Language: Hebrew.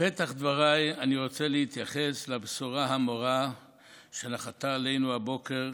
בפתח דבריי אני רוצה להתייחס לבשורה המרה שנחתה עלינו הבוקר,